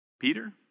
Peter